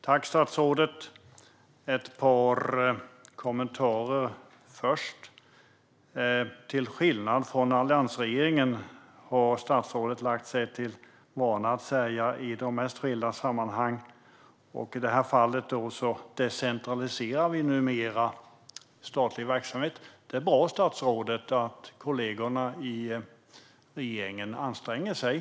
Fru talman! Jag har först ett par kommentarer. Till skillnad från alliansregeringen, har statsrådet lagt sig till med vanan att säga i de mest skilda sammanhang. I detta fall handlar det om att regeringen decentraliserar statlig verksamhet. Det är bra att statsrådets kollegor i regeringen anstränger sig.